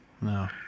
No